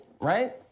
right